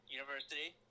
University